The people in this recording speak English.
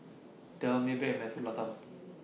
Dell Maybank and Mentholatum